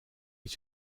eet